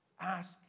Ask